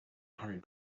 hurried